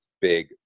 big